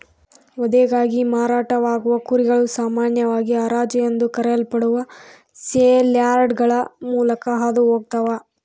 ವಧೆಗಾಗಿ ಮಾರಾಟವಾಗುವ ಕುರಿಗಳು ಸಾಮಾನ್ಯವಾಗಿ ಹರಾಜು ಎಂದು ಕರೆಯಲ್ಪಡುವ ಸೇಲ್ಯಾರ್ಡ್ಗಳ ಮೂಲಕ ಹಾದು ಹೋಗ್ತವ